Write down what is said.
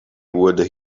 would